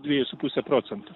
dviejų su puse procento